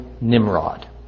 Nimrod